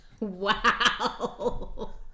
Wow